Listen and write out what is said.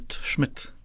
Schmidt